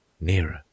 nearer